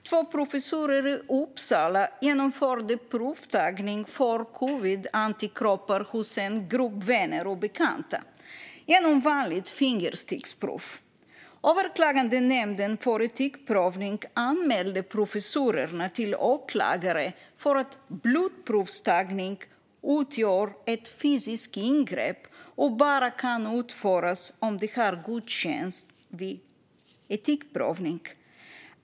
Två professorer i Uppsala genomförde provtagning för covidantikroppar hos en grupp vänner och bekanta genom vanligt fingersticksprov. Överklagandenämnden för etikprövning anmälde professorerna till åklagare för att blodprovstagning utgör ett fysiskt ingrepp och bara kan utföras om det har godkänts vid etikprövning.